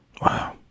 Wow